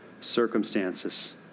circumstances